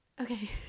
Okay